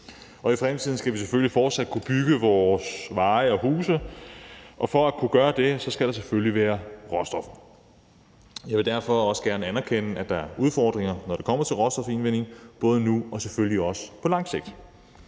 I fremtiden skal vi selvfølgelig fortsat kunne bygge vores veje og huse, og for at kunne gøre det skal der selvfølgelig være råstoffer. Jeg vil derfor også gerne anerkende, at der er udfordringer, når det kommer til råstofindvinding, både nu og selvfølgelig også på lang sigt.